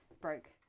broke